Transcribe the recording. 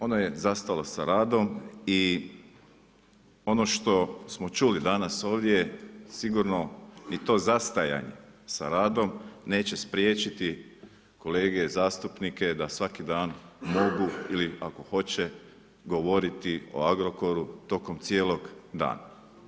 Ono je zastalo sa radom i ono što smo čuli danas ovdje sigurno ni to zastajanje sa radom neće spriječiti kolege, zastupnike da svaki dan mogu ili ako hoće govoriti o Agrokoru tokom cijelog dana.